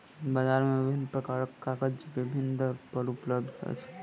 बजार मे विभिन्न प्रकारक कागज विभिन्न दर पर उपलब्ध अछि